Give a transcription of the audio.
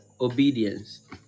obedience